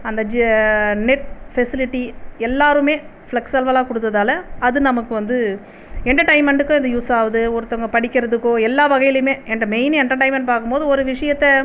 அந்த ஜ net facility எல்லாருமே ஃபிளக்ஸபுலா கொடுத்ததால் அது நமக்கு வந்து எண்டர்டைமன்ட்டுக்கும் அது யூஸ் ஆகுது ஒருத்தவங்க படிக்கிறதுக்கோ எல்லா வகையிலயுமே எண்ட மெயின் எண்டர்டைமன்ட் பார்க்கும்போது ஒரு விஷயத்தை